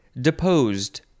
deposed